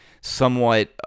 somewhat